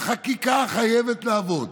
החקיקה חייבת לעבוד,